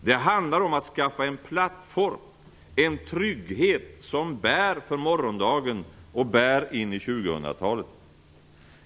Det handlar om att skaffa en plattform, en trygghet som bär för morgondagen och bär in i 2000-talet.